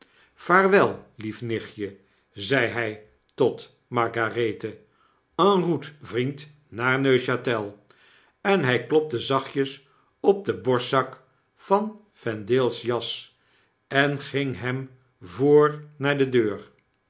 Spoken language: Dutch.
vaarwel lief nichtje zeide hy tot margarethe e n route vriend naar neuehatel en hy klopte zachtjes op den borstzak van vendale's jas en ging hem voor naar de deur